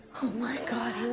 oh, my god, here